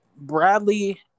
Bradley